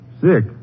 Sick